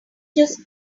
just